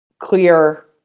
clear